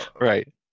Right